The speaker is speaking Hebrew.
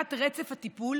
סוגיית רצף הטיפול